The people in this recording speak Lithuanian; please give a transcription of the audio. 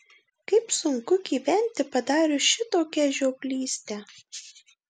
kaip sunku gyventi padarius šitokią žioplystę